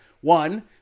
One